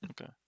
Okay